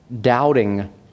doubting